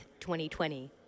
2020